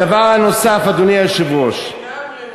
הדבר הנוסף, אדוני היושב-ראש, אין לי לגמרי מושג,